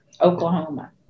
oklahoma